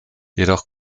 jedoch